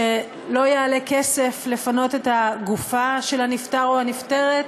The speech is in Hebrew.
שלא יעלה כסף לפנות את הגופה של הנפטר או הנפטרת,